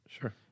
Sure